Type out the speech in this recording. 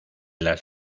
las